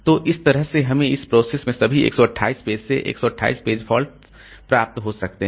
तो इस तरह हमें इस प्रोसेस में सभी 128 पेज से 128 पेज फॉल्ट्स प्राप्त हो सकते हैं